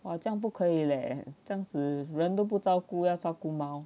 哇这样不可以勒这样子人都不照顾要照顾猫